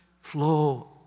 flow